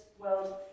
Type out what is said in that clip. world